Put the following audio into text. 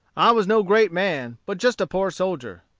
i was no great man, but just a poor soldier.